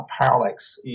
parallax